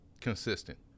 Consistent